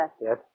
Yes